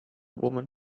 woman